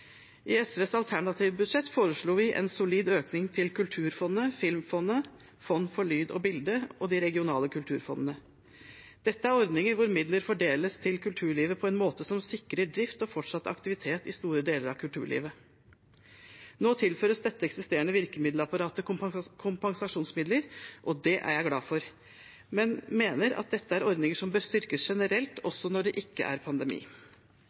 I SVs alternative budsjett foreslo vi en solid økning til Kulturfondet, Fond for lyd og bilde, filmfondet og de regionale kulturfondene. Dette er ordninger hvor midler fordeles til kulturlivet på en måte som sikrer drift og fortsatt aktivitet i store deler av kulturlivet. Nå tilføres dette eksisterende virkemiddelapparatet kompensasjonsmidler, og det er jeg glad for. Men jeg mener at dette er ordninger som bør styrkes generelt, også når det ikke er pandemi.